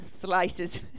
slices